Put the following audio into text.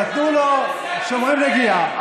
שומרים נגיעה.